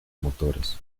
motores